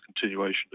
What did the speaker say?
continuation